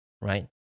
right